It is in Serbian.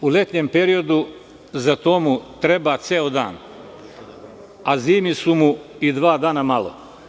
U letnjem periodu za to mu treba ceo dan, a zimi su mu i dva dana malo.